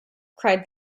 cried